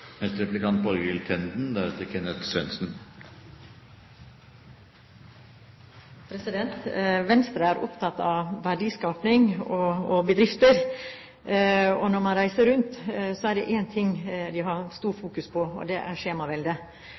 Venstre er opptatt av verdiskaping og bedrifter. Når man reiser rundt er det én ting de har stort fokus på, og det er skjemaveldet.